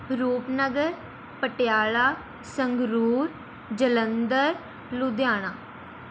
Rupnagar Patiala Sangrur Jalandhar Ludhiana